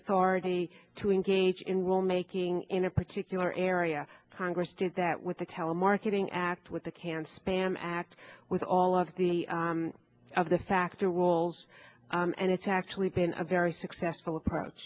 authority to engage in rule making in a particular area congress did that with the telemarketing act with the can spam act with all of the of the factor roles and it's actually been a very successful approach